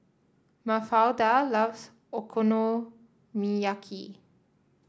Mafalda loves Okonomiyaki